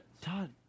Todd